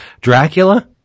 dracula